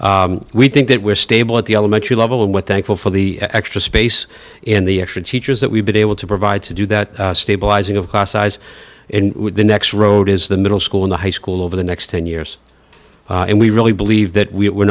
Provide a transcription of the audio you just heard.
we think that we're stable at the elementary level and with thankful for the extra space in the extra teachers that we've been able to provide to do that stabilizing of class size in the next road is the middle school in the high school over the next ten years and we really believe that we were